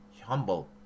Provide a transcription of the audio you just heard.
humble